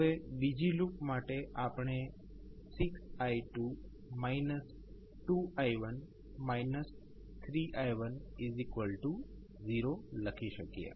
હવે બીજી લૂપ માટે આપણે 6i2 2i1 3i10 લખી શકીએ